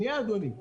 אדוני.